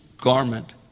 garment